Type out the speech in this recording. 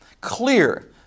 Clear